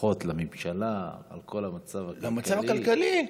תשבחות לממשלה על כל המצב הכלכלי.